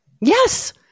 Yes